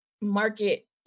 market